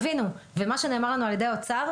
ומה שנאמר לנו על ידי האוצר,